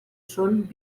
són